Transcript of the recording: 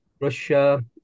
Russia